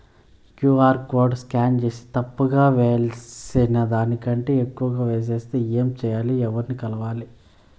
QR code scan సేసి తప్పు గా వేయాల్సిన దానికంటే ఎక్కువగా వేసెస్తే ఏమి సెయ్యాలి? ఎవర్ని కలవాలి?